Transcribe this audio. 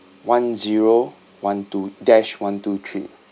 one zero one two dash one two three